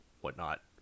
whatnot